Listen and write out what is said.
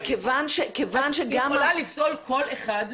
כיוון שגם --- את יכולה לפסול כל אחד,